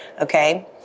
Okay